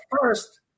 first